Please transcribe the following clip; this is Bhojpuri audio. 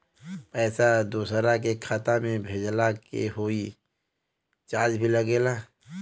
पैसा दोसरा के खाता मे भेजला के कोई चार्ज भी लागेला?